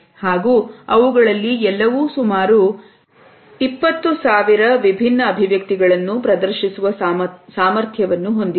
ಹಾಗೂ ಅವುಗಳಲ್ಲಿ ಎಲ್ಲವೂ ಸುಮಾರು 20000 ವಿಭಿನ್ನ ಅಭಿವ್ಯಕ್ತಿಗಳನ್ನು ಪ್ರದರ್ಶಿಸುವ ಸಾಮರ್ಥ್ಯವನ್ನು ಹೊಂದಿವೆ